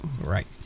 Right